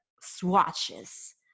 swatches